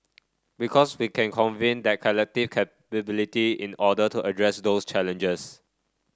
because we can convene that collective capability in order to address those challenges